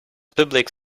public